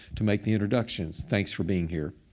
to make the introductions. thanks for being here.